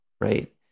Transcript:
right